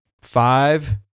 Five